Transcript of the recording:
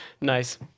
Nice